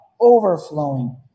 overflowing